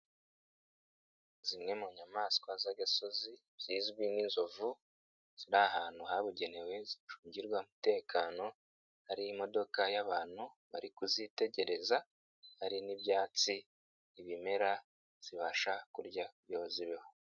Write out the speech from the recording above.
Zimwe mu nyamaswa z'agasozi zizwi nk'inzovu, ziri ahantu habugenewe zicungirwa umutekano, hari imodoka y'abantu bari kuzitegereza, hari n'ibyatsi, ibimera zibasha kurya kugira zibeho.